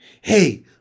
Hey